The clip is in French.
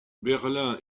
berlin